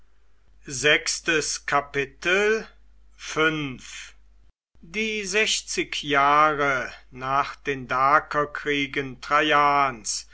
die sechzig jahre nach den